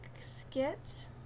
Skit